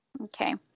Okay